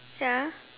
ya